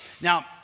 Now